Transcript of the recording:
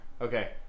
Okay